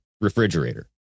refrigerator